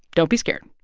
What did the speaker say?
don't be scared.